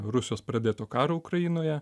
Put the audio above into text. rusijos pradėto karo ukrainoje